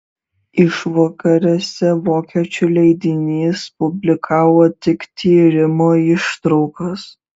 išvakarėse vokiečių leidinys publikavo tik tyrimo ištraukas